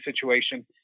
situation